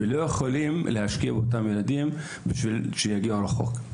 ולא יכולים להשקיע באותם ילדים כדי שיגיעו רחוק.